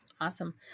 Awesome